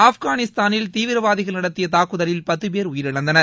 ஆப்கானிஸ்தானில் தீவிரவாதிகள் நடத்திய தாக்குதலில் பத்துபேர் உயிரிழந்தனர்